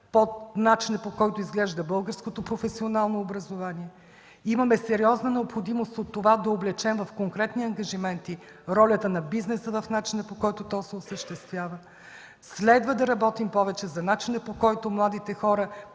по начина, по който изглежда българското професионално образование. Имаме сериозна необходимост да облечем в конкретни ангажименти ролята на бизнеса в начина, по който той се осъществява. Следва да работим повече за начина, по който младите хора